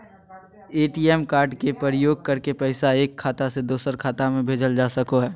ATM card के प्रयोग करके पैसा एक खाता से दोसर खाता में भेजल जा सको हय